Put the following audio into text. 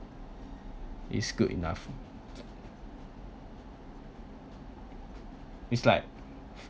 is good enough it's like